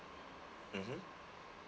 mmhmm